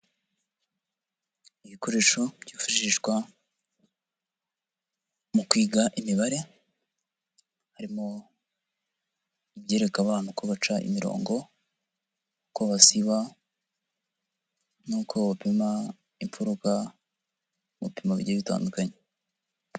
Ibikoresho byifashishwa mu kwiga imibare, harimo ibyereka abana uko baca imirongo, uko basiba n'uko bapima imfuruka mu bipimo bigiye bitandukanye.